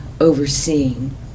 overseeing